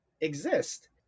exist